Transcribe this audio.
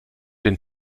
den